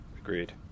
Agreed